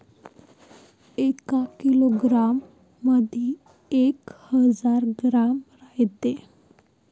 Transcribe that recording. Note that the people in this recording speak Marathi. एका किलोग्रॅम मंधी एक हजार ग्रॅम रायते